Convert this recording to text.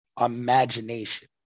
imagination